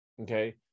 okay